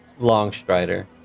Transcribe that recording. Longstrider